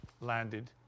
landed